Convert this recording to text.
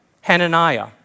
Hananiah